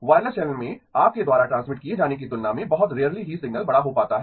wireless channel में आपके द्वारा ट्रांसमिट किये जाने की तुलना में बहुत रेयरली ही सिग्नल बड़ा हो पाता है